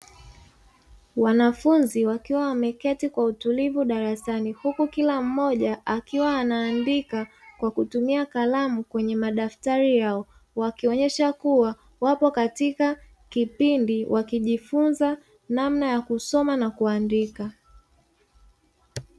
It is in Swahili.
Wanafunzi wakiwa wameketi kwa utulivu darasani, huku kila mmoja akiwa anaandika kwa kutumia kalamu kwenye madaftari yao, wakionyesha kuwa wapo katika kipindi wakijifunza namna ya kusoma na kuandika.